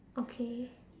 okay